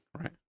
right